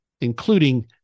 including